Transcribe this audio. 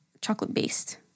Chocolate-based